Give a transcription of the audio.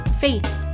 faith